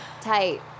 Tight